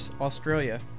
Australia